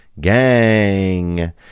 gang